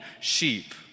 sheep